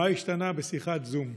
בשיחת זום.